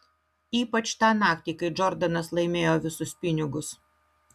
ypač tą naktį kai džordanas laimėjo visus pinigus